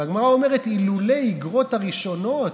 והגמרא אומרת: אילולא אגרות ראשונות,